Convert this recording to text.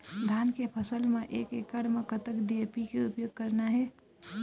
धान के फसल म एक एकड़ म कतक डी.ए.पी के उपयोग करना हे?